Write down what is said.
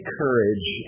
courage